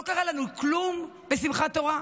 לא קרה לנו כלום בשמחת תורה?